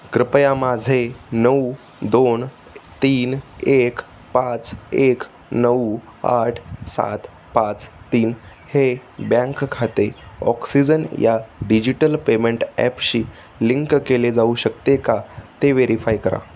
कृपया माझे नऊ दोन तीन एक पाच एक नऊ आठ सात पाच तीन हे बँक खाते ऑक्सिजन या डिजिटल पेमेंट ॲपशी लिंक केले जाऊ शकते का ते व्हेरीफाय करा